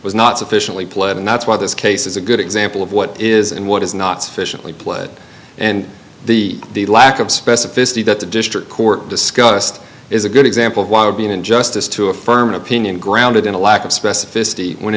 was not sufficiently played and that's why this case is a good example of what is and what is not sufficiently play it and the the lack of specificity that the district court discussed is a good example of why would be an injustice to affirm an opinion grounded in a lack of specificity when